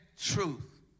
truth